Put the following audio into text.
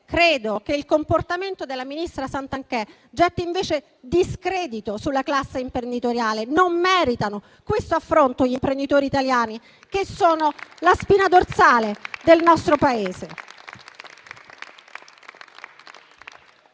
Credo che il comportamento della ministra Garnero Santanchè getti invece discredito sulla classe imprenditoriale. Non meritano questo affronto gli imprenditori italiani, che sono la spina dorsale del nostro Paese.